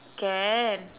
can